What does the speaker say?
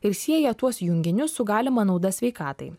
ir sieja tuos junginius su galima nauda sveikatai